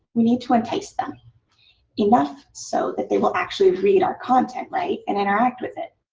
we need to entice them enough so that they will actually read our content, right, and interact with it.